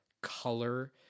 color